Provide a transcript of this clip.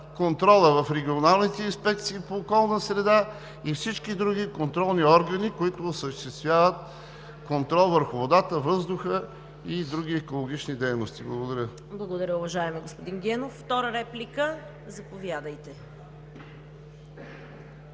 на регионалните инспекции по околна среда и всички други контролни органи, които осъществяват контрол върху водата, въздуха и други екологични дейности. Благодаря. ПРЕДСЕДАТЕЛ ЦВЕТА КАРАЯНЧЕВА: Благодаря, уважаеми господин Генов. Втора реплика – заповядайте.